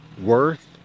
Worth